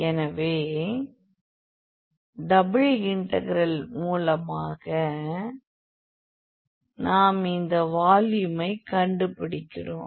எனவே double integral மூலமாக நாம் இந்த வால்யூமை கண்டுபிடிக்கிறோம்